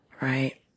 Right